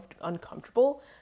uncomfortable